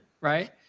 right